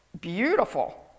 beautiful